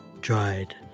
dried